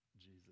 jesus